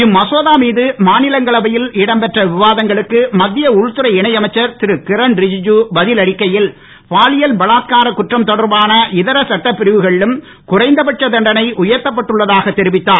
இம்மசோதா மீது மாநிலங்களவையில் இடம்பெற்ற விவாதங்களுக்கு மத்திய உள்துறை இணை அமைச்சர் திரு கிரண் ரிஜிஜு பதில் அளிக்கையில் பாலியல் பலாத்கார குற்றம் தொடர்பான இதர சட்டப் பிரிவுகளிலும் குறைந்த பட்ச தண்டனை உயர்த்தப்பட்டுள்ளதாக தெரிவித்தார்